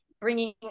bringing